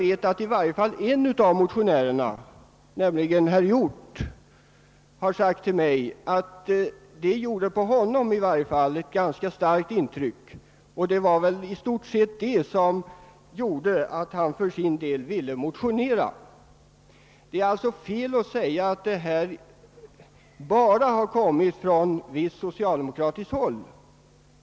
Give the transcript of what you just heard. En av fjolårets motionärer, nämligen herr Hjorth, har sagt till mig att dessa program gjorde ett ganska starkt intryck på honom och i stor utsträckning låg bakom hans önskan att motionera i frågan. Det är alltså felaktigt att säga att denna fråga förts fram enbart från visst socialdemokratiskt håll.